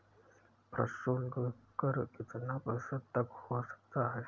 प्रशुल्क कर कितना प्रतिशत तक हो सकता है?